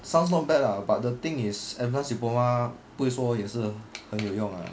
sounds not bad lah but the thing is advanced diploma 不会说也是很有用 ah